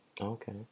Okay